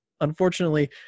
unfortunately